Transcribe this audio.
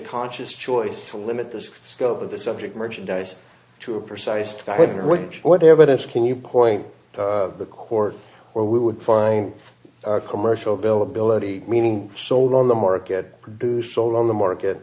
conscious choice to limit the scope of the subject merchandise to a precise gardener with what evidence can you point to the court where we would find a commercial bill ability meaning sold on the market to sold on the market